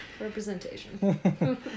Representation